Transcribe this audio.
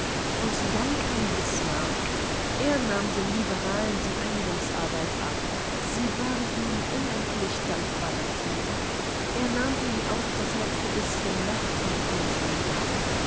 und dann kam bismarck er nahm den liberalen die einigungsarbeit ab sie waren ihm unendlich dankbar dafür er nahm ihnen auch das letzte bißchen macht und ansehen ab